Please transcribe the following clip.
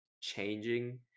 changing